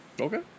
Okay